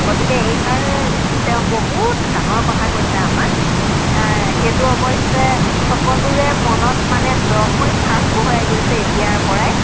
গতিকে এইষাৰ তেওঁ বহুত ডাঙৰ কথা কৈছে আমাক সেইটো অৱশ্যে সকলোৰে মনত মানে দকৈ সাচ বহুৱাই গৈছে এতিয়াৰ পৰাই